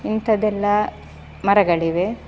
ಇಂಥದೆಲ್ಲಾ ಮರಗಳಿವೆ